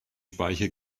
speiche